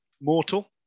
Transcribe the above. mortal